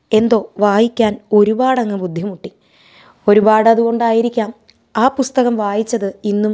എന്തോ വായിക്കാൻ ഒരുപാടങ്ങ് ബുദ്ധിമുട്ടി ഒരുപാട് അതുകൊണ്ടായിരിക്കാം ആ പുസ്തകം വായിച്ചത് ഇന്നും